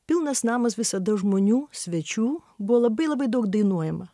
pilnas namas visada žmonių svečių buvo labai labai daug dainuojama